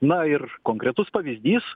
na ir konkretus pavyzdys